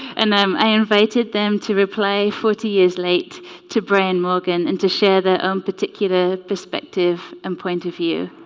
and um i invited them to reply forty years late to brian morgan and to share their um particular perspective and point of view